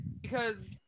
because-